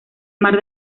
mar